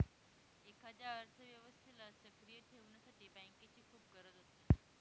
एखाद्या अर्थव्यवस्थेला सक्रिय ठेवण्यासाठी बँकेची खूप गरज असते